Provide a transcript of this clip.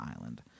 Island